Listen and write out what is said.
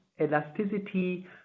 elasticity